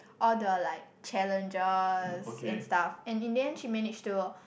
all the like challenges and stuff and in the end she manages to